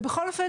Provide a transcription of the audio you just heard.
בכול אופן,